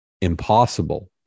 impossible